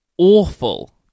Awful